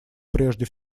прежде